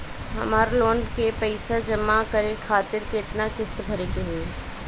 हमर लोन के पइसा जमा करे खातिर केतना किस्त भरे के होई?